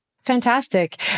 Fantastic